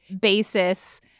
basis